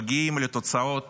מגיעים לתוצאות